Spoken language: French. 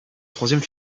troisième